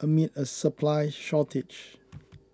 amid a supply shortage